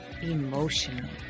Emotional